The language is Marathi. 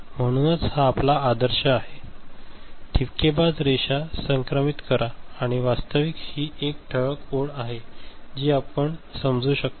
म्हणूनच हा आपला आदर्श आहे ठिपकेबाज रेषा संक्रमित करा आणि वास्तविक ही एक ठळक ओळ आहे जी आपण समजू शकता